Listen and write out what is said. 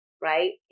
Right